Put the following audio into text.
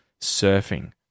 surfing